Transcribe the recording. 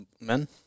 men